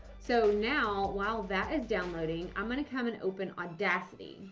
so, now. while that is downloading, i'm gonna come and open audacity.